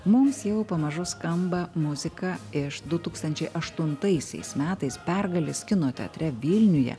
mums jau pamažu skamba muzika iš du tūkstančiai aštuntaisiais metais pergalės kino teatre vilniuje